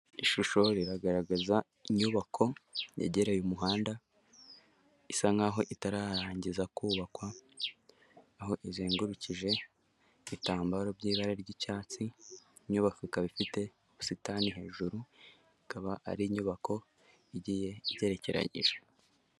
Ishusho iragaragaza inyubako yegereye umuhanda isa nk'aho itararangiza kubakwa, aho izengurukije ibitambaro by'ibara ry'icyatsi, inyubako ikaba ifite ubusitani hejuru, ikaba ari inyubako igiye igerekeranyije.